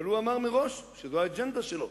אבל הוא אמר מראש שזאת האג'נדה שלו.